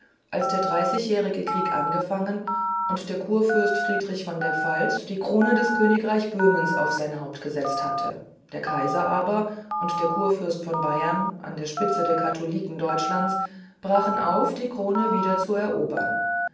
als der dreißigjährige krieg angefangen und der kurfürst friedrich von der pfalz die krone des königreichs böhmen auf sein haupt gesetzt hatte der kaiser aber und der kurfürst von bayern an der spitze der katholiken deutschlands brachen auf die krone wieder zu erobern